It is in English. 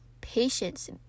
patience